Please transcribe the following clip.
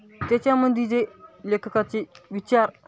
त्याच्यामध्ये जे लेखकाचे विचार